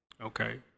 Okay